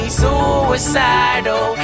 suicidal